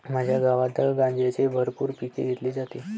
माझ्या गावात गांजाचे भरपूर पीक घेतले जाते